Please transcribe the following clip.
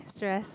stress